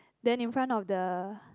then in front of the